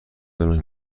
فرانک